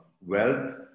wealth